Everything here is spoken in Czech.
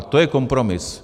To je kompromis.